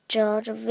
George